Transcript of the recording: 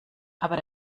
aber